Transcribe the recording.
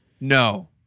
No